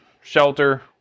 shelter